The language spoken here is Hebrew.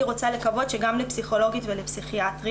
רוצה לקוות שגם לפסיכולוגית ופסיכיאטרית,